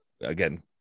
Again